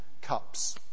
cups